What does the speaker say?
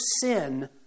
sin